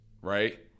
right